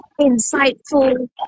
insightful